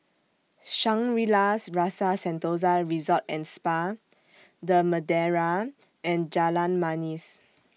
Shangri La's Rasa Sentosa Resort and Spa The Madeira and Jalan Manis